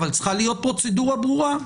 אבל צריכה להיות פרוצדורה ברורה.